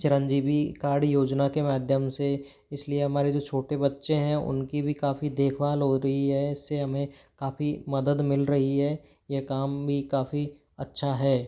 Chiranjeevi card योजना के माध्यम से इसलिए हमारे जो छोटे बच्चे हैं उनकी भी काफ़ी देखभाल हो रही है इससे हमें काफ़ी मदद मिल रही है ये काम भी काफ़ी अच्छा है